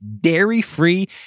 dairy-free